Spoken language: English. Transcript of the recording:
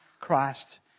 Christ